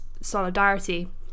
solidarity